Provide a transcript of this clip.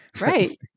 right